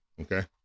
Okay